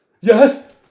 Yes